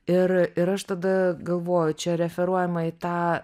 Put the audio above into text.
ir ir aš tada galvoju čia referuojama į tą